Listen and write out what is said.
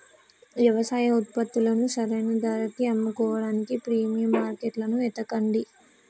యవసాయ ఉత్పత్తులను సరైన ధరకి అమ్ముకోడానికి ప్రీమియం మార్కెట్లను ఎతకండి